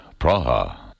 Praha